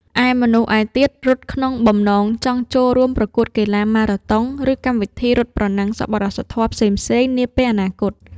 ឯមនុស្សឯទៀតរត់ក្នុងបំណងចង់ចូលរួមប្រកួតកីឡាម៉ារ៉ាតុង ឬកម្មវិធីរត់ប្រណាំងសប្បុរសធម៌ផ្សេងៗនាពេលអនាគត។